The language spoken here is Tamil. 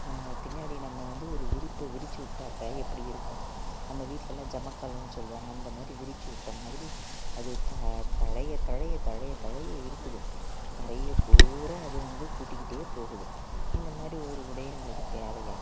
பின்னாடி நம்ம வந்து ஒரு விரிப்பை விரித்து விட்டாக்க எப்படி இருக்கும் நம்ம வீட்டில எல்லாம் ஜமகாலம்ன்னு சொல்லுவாங்க அந்த மாதிரி விரிச்சு விட்ட மாதிரி அது த தழைய தழைய தழைய தழைய இருக்குது தரையை பூராக அது வந்து கூட்டிக்கிட்டே போகுது இந்த மாதிரி ஒரு உடை நம்மளுக்கு தேவையா